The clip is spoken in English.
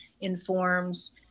informs